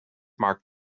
mark